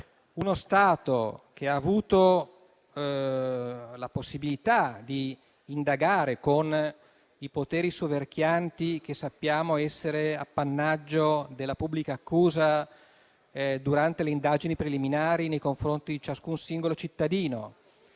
uno Stato, che ha avuto la possibilità di indagare con i poteri soverchianti che sappiamo essere appannaggio della pubblica accusa durante le indagini preliminari nei confronti di ciascun singolo cittadino,